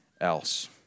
else